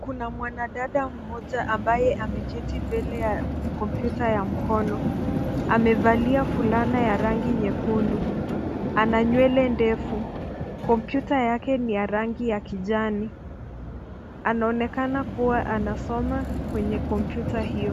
Kuna mwanadada mmoja ambaye ameketi mbele ya kompyuta ya mkono. Amevalia fulana ya rangi nyekundu. Ana nywele ndefu. Kompyuta yake ni ya rangi ya kijani. Anaonekana kuwa anasoma kwenye kompyuta hio.